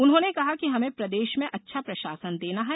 उन्होंने कहा कि हमें प्रदेश में अच्छा प्रशासन देना है